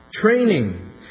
training